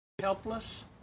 Helpless